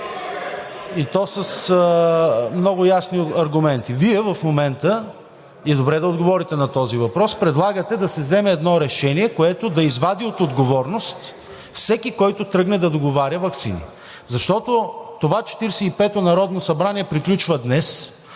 И то с много ясни аргументи. Вие в момента, и е добре да отговорите на този въпрос, предлагате да се вземе едно решение, което да извади от отговорност всеки, който тръгне да договаря ваксини. Защото това Четиридесет и пето народно събрание приключва днес